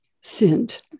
sinned